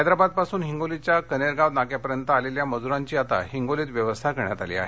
हैदराबादपासून हिंगोलीच्या कनेरगाव नाक्यापर्यंत आलेल्या मज्रांची आता हिंगोलीत व्यवस्था केली आहे